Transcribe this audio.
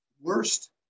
worst